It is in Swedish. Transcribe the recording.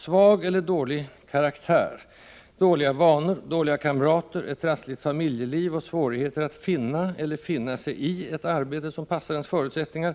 Svag eller dålig ”karaktär', dåliga vanor, dåliga kamrater, ett trassligt familjeliv och svårigheter att finna — eller att finna sig i — ett arbete, som passar ens förutsättningar,